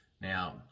Now